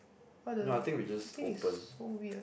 what the this thing is so weird